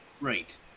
Right